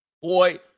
Boy